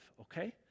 okay